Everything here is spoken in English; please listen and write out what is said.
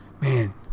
Man